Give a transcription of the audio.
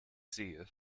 sehe